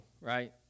right